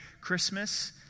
Christmas